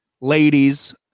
ladies